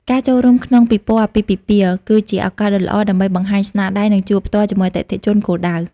ការចូលរួមក្នុងពិព័រណ៍អាពាហ៍ពិពាហ៍ គឺជាឱកាសដ៏ល្អដើម្បីបង្ហាញស្នាដៃ និងជួបផ្ទាល់ជាមួយអតិថិជនគោលដៅ។